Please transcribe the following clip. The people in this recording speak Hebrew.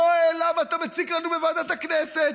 יואל, למה אתה מציק לנו בוועדת הכנסת?